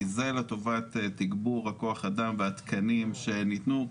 כי זה לטובת תגבור כוח האדם והתקנים שניתנו.